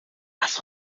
lass